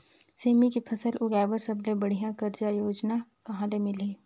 सेमी के फसल उगाई बार सबले बढ़िया कर्जा योजना कहा ले मिलही?